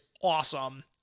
awesome